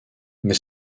mais